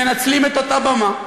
מנצלים את אותה במה,